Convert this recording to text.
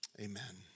Amen